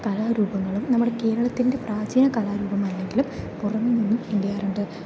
കലാ രൂപങ്ങളും നമ്മുടെ കേരളത്തിൻ്റെ പ്രാചീന കലാരൂപമല്ലെങ്കിലും പുറമെ നിന്നും എന്ത് ചെയ്യാറുണ്ട്